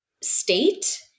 state